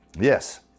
Yes